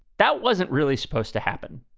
that wasn't really supposed to happen.